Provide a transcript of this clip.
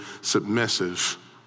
submissive